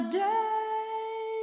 day